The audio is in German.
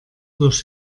durch